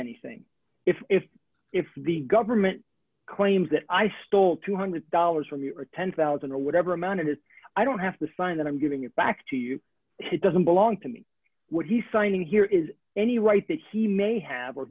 anything if if if the government claims that i stole two hundred dollars for me or ten thousand dollars or whatever amount it is i don't have to sign that i'm giving it back to you it doesn't belong to me what he's signing here is any right that he may have